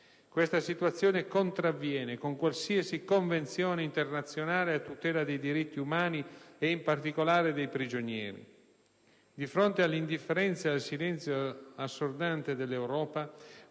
Questa situazione contravviene con qualsiasi convenzione internazionale a tutela dei diritti umani e in particolare dei prigionieri. Di fronte all'indifferenza e al silenzio assordante dell'Europa,